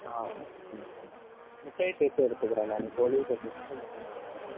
ஆ ம் ம் முட்டையும் சேர்த்து எடுத்துக்குறேன் நான் கோழியும் சேர்த்து எடுத்துக்குறேன் முட்டையும் சேர்த்து எடுத்துக்குறேன்